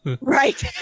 right